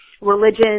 religion